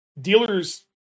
dealers